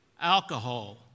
alcohol